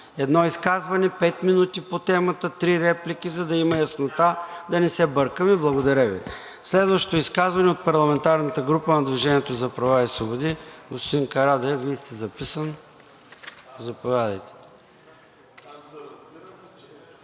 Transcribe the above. Едно изказване – пет минути по темата, три реплики, за да има яснота, да не се бъркаме. Благодаря Ви. Следващото изказване – от парламентарната група на „Движение за права и свободи“. Господин Карадайъ, Вие сте записан. Заповядайте.